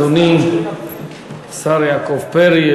אדוני השר יעקב פרי,